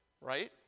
Right